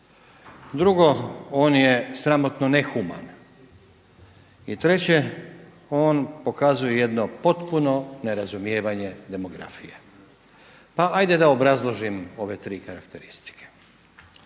Drugo on je sramotno nehuman. I treće on pokazuje jedno potpuno nerazumijevanje demografija. Pa hajde da obrazložim ove tri karakteristike.